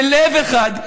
בלב אחד,